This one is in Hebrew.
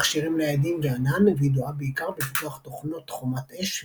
מכשירים ניידים וענן וידועה בעיקר בפיתוח תוכנות חומת אש,